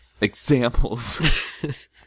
Examples